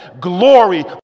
glory